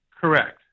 Correct